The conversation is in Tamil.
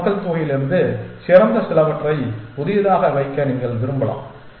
முழு மக்கள்தொகையிலிருந்து சிறந்த சிலவற்றை புதியதாக வைக்க நீங்கள் விரும்பலாம்